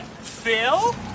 Phil